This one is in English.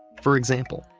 for example,